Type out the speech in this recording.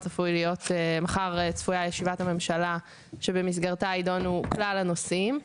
מחר צפויה ישיבת הממשלה שבמסגרתה יידונו כלל הנושאים.